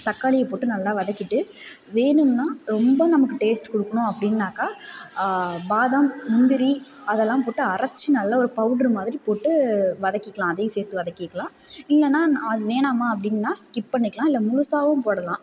தக்காளியை போட்டு நல்லா வதக்கிட்டு வேணும்னா ரொம்ப நமக்கு டேஸ்ட் கொடுக்குணும் அப்டினாக்கா பாதம் முந்திரி அதலாம் போட்டு அரைத்து நல்ல ஒரு பவுட்ரு மாதிரி போட்டு வதக்கிகிலாம் அதையும் சேர்த்து வதக்கிகிலாம் இல்லைனா அதுவேணாமா அப்படின்னா ஸ்கிப் பண்ணிக்கிலாம் இல்லை முழுசாகவும் போடலாம்